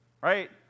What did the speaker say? right